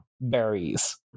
berries